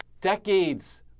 decades